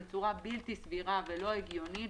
בצורה בלתי סבירה ולא הגיונית,